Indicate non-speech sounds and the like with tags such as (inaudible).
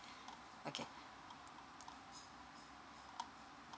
(breath) okay